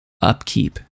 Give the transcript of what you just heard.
upkeep